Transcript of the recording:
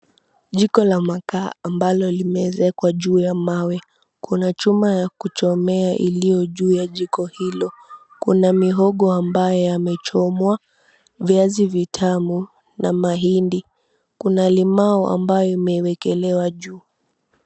Jiko la makaa ambalo limewezekwa juu ya mawe kuna chuma ya kuchomea ilio juu ya jiko hilo kuna mihogo ambayo yame chomwa viazi vitamu na mahindi kuna limau ambayo imeekelewa juu.